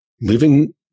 living